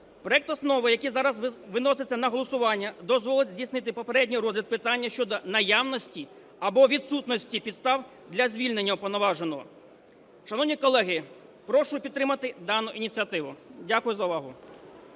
Проект Постанови, який зараз виноситься на голосування, дозволить здійснити попередній розгляд питання щодо наявності або відсутності підстав для звільнення Уповноваженого. Шановні колеги, прошу підтримати дану ініціативу. Дякую за увагу.